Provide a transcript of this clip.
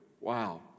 Wow